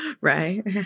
Right